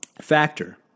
factor